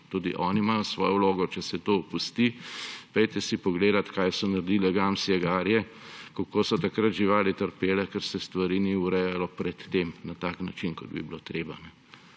Tudi oni imajo svojo vlogo. Če se to opusti, pojdite si pogledat, kaj so naredile gamsje garje, kako so takrat živali trpele, ker se stvari niso urejale pred tem na tak način, kot bi bilo treba.